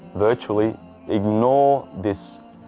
virtually ignore this